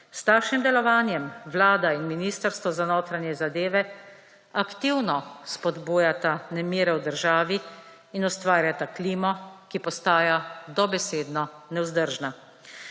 S takšnim delovanjem vlada in Ministrstvo za notranje zadeve aktivno spodbujata nemire v državi in ustvarjata klimo, ki postaja dobesedno nevzdržna.